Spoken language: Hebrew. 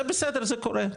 זה בסדר זה קורה,